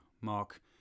Mark